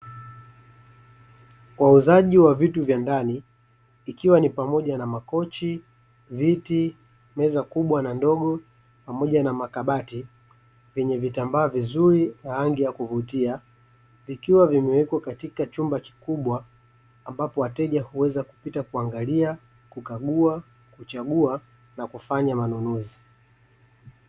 Wauzaji wa vitu vya ndani, ikiwa ni pamoja na makochi, viti, meza kubwa na ndogo, pamoja na makabati venye vitambaa vizuri na rangi ya kuvutia, vikiwa vimewekwa katika chumba kikubwa ambapo wateja huweza kupita kuangalia, kukagua, kuchagua na kufanya manunuzi.